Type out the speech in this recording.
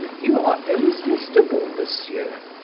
you are irresistible, monsieur!